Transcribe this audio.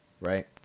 right